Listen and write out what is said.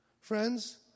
Friends